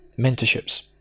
mentorships